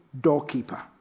doorkeeper